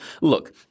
look